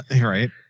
Right